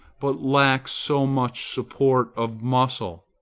but lacks so much support of muscle.